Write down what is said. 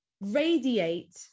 radiate